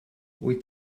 wyt